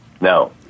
No